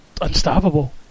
unstoppable